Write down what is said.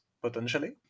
potentially